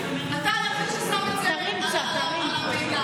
לא ידעתי שאת מקשיבה לי.